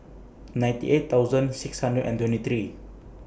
ninety eight thousand six hundred and twenty three